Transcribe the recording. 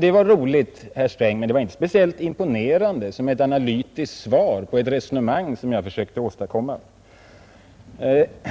Det var roligt men inte speciellt imponerande som ett analytiskt svar på det resonemang jag försökte åstadkomma.